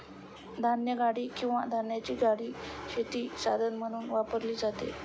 धान्यगाडी किंवा धान्याची गाडी शेतीचे साधन म्हणून वापरली जाते